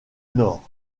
nord